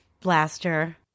blaster